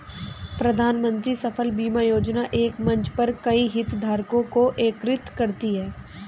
प्रधानमंत्री फसल बीमा योजना एक मंच पर कई हितधारकों को एकीकृत करती है